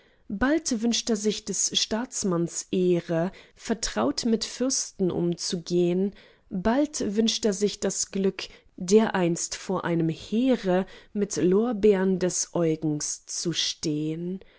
bald wünscht er sich des staatsmanns ehre vertraut mit fürsten umzugehn bald wünscht er sich das glück dereinst vor einem heere mit lorbeern des eugens zu stehn